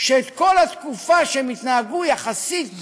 שאת כל התקופה שהם התנהגו בה יחסית במתינות,